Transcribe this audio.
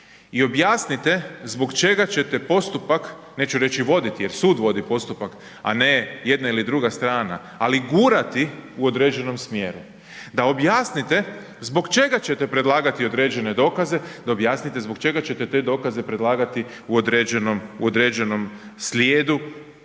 i objasnite zbog ćete postupak, neću reći voditi jer sud vodi postupak a ne jedna ili druga strana ali gurati u određenom smjeru, da objasnite zbog čega ćete predlagati određene dokaze, da objasnite zbog čega ćete dokaze predlagati u određenom slijedu.